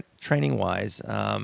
training-wise